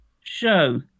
show